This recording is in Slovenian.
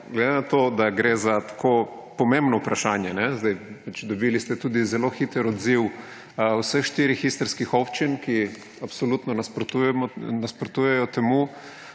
glede na to, da gre za tako pomembno vprašanje, dobili ste tudi zelo hiter odziv vseh štirih istrskih občin, ki absolutno nasprotujejo temu